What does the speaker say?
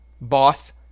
boss